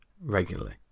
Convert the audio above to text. regularly